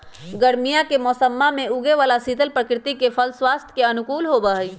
गर्मीया के मौसम्मा में उगे वाला शीतल प्रवृत्ति के फल स्वास्थ्य के अनुकूल होबा हई